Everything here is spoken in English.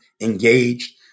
engaged